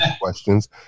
questions